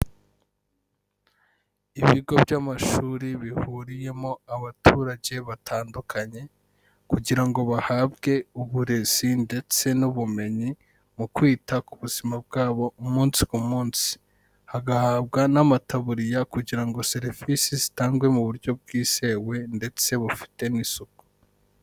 Ibigo by'amashuri bihuriyemo abaturage batandukanye kugira ngo bahabwe uburezi ndetse n'ubumenyi mu kwita ku buzima bwabo umunsi ku munsi, bagahabwa n'amataburiya kugira ngo serivisi zitangwe mu buryo bwizewe ndetse bufite n'isuku.